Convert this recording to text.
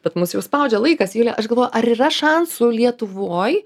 bet mus jau spaudžia laikas julija aš galvoju ar yra šansų lietuvoj